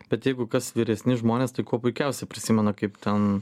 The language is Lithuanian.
bet jeigu kas vyresni žmonės tai kuo puikiausia prisimenu kaip ten